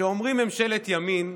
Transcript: כשאומרים ממשלת ימין,